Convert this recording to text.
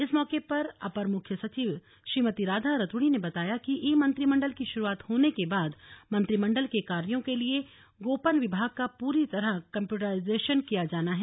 इस मौके पर अपर मुख्य सचिव श्रीमती राधा रतूड़ी ने बताया कि ई मंत्रिमण्डल की शुरूआत होने के बाद मंत्रिमण्डल के कार्यो के लिए गोपन विभाग का पूरी तरह कम्पयूटराईजेशन किया जाना है